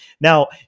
now